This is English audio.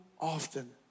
often